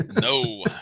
No